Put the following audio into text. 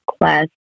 class